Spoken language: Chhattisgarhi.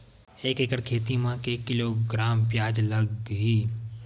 एक एकड़ खेती म के किलोग्राम प्याज लग ही?